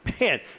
Man